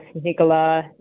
Nicola